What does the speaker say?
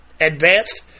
Advanced